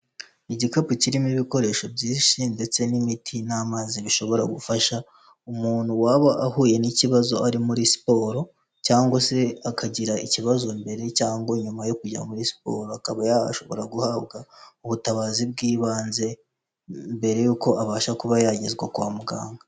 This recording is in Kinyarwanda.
Igikapu kirimo ibikoresho byinshi ndetse n'imiti n'amazi bishobora gufasha umuntu waba ahuye n'ikibazo ari muri siporo cyangwa se akagira ikibazo mbere cyangwa nyuma yo kujya muri siporo, akaba yashobora guhabwa ubutabazi bw'ibanze mbere y'uko abasha kuba yagezwa kwa muganga.